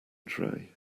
tray